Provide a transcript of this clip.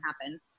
happen